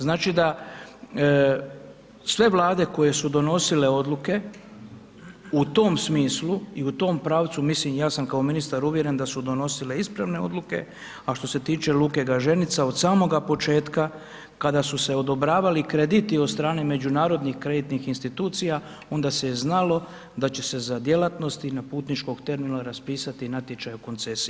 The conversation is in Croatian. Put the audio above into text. Znači da sve Vlade koje su donosile odluke u tom smislu i u tom pravcu, mislim ja sam kao ministar uvjeren da su donosile ispravne odluke, a što se tiče luke Gaženica od samoga početka kada su se odobravali krediti od strane međunarodnih kreditnih institucija, onda se znalo da će se za djelatnosti na putničkog terminala raspisati natječaj o koncesiji.